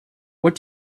what